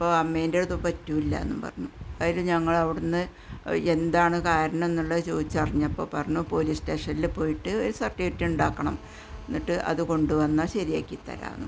അപ്പോള് അമ്മേന്റെ ഇത് പറ്റുല്ലാന്നും പറഞ്ഞു അതായത് ഞങ്ങളവിടുന്ന് എന്താണ് കാരണം എന്നുള്ളത് ചോദിച്ചറിഞ്ഞപ്പോള് പറഞ്ഞു പോലീസ് സ്റ്റേഷനില് പോയിട്ട് ഒരു സര്ട്ടിഫിക്കറ്റുണ്ടാക്കണം എന്നിട്ട് അതു കൊണ്ടുവന്നാല് ശരിയാക്കിത്തരാമെന്ന് പറഞ്ഞു